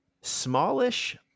smallish